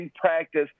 practice